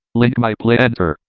link my playlists. enter.